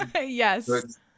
yes